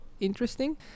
Interesting